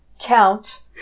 count